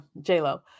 J-Lo